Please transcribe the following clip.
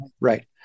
Right